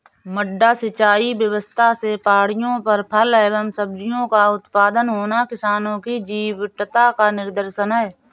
मड्डा सिंचाई व्यवस्था से पहाड़ियों पर फल एवं सब्जियों का उत्पादन होना किसानों की जीवटता का निदर्शन है